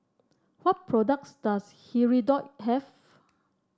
what products does Hirudoid have